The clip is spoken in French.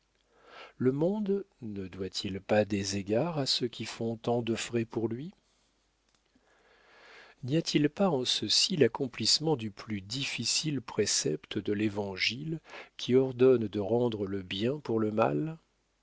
le monde ne doit-il pas des égards à ceux qui font tant de frais pour lui n'y a-t-il pas en ceci l'accomplissement du plus difficile précepte de l'évangile qui ordonne de rendre le bien pour le mal